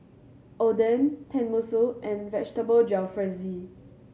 Oden Tenmusu and Vegetable Jalfrezi